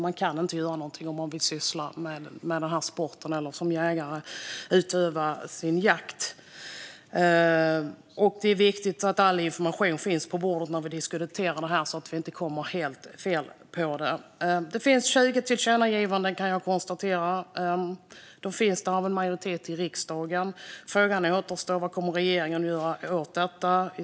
Man kan inte göra något olagligt om man vill syssla med den här sporten eller utöva jakt. Det är viktigt att all information finns på bordet när vi diskuterar detta, så att vi inte kommer helt fel. Det finns 20 tillkännagivanden från en majoritet i riksdagen, kan jag konstatera. Då återstår frågan vad regeringen kommer att göra åt detta.